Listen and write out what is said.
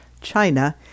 China